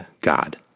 God